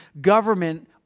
government